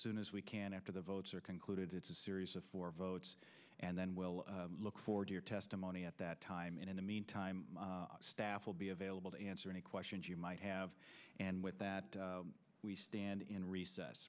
soon as we can after the votes are concluded it's a series of four votes and then we'll look forward to your testimony at that time and in the meantime my staff will be available to answer any questions you might have and with that we stand in